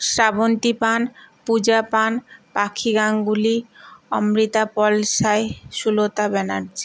Srabanti Pan Puja Pan Pakhi Ganguly Amrita Palsai Sulata Banerjee